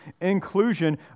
inclusion